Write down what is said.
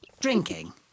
drinking